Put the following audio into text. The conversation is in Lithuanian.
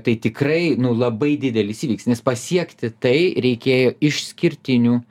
tai tikrai nu labai didelis įvykis nes pasiekti tai reikėjo išskirtinių